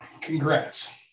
Congrats